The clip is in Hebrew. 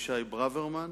אבישי ברוורמן